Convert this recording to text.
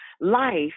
life